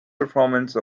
performance